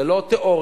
זה לא תיאוריות,